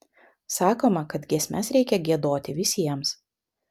sakoma kad giesmes reikia giedoti visiems